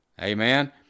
Amen